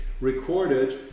recorded